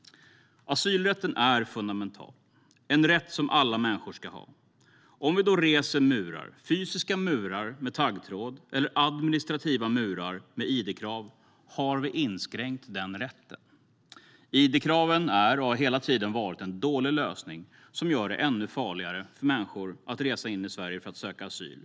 Asylrätten är fundamental. Det är en rätt som alla människor ska ha. Om vi då reser murar, fysiska murar med taggtråd eller administrativa murar med id-krav, har vi inskränkt den rätten. Id-kraven är och har hela tiden varit en dålig lösning som gör det ännu farligare för människor att resa in i Sverige för att söka asyl.